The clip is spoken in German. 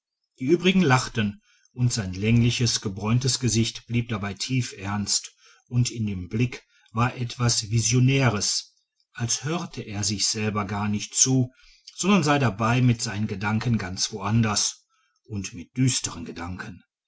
die übrigen lachten und sein längliches gebräuntes gesicht blieb dabei tief ernst und in dem blick war etwas visionäres als hörte er sich selber gar nicht zu sondern sei dabei mit seinen gedanken ganz wo anders und mit düsteren gedanken